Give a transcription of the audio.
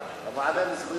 הילד.